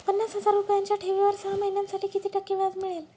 पन्नास हजार रुपयांच्या ठेवीवर सहा महिन्यांसाठी किती टक्के व्याज मिळेल?